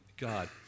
God